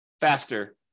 faster